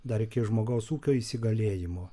dar iki žmogaus ūkio įsigalėjimo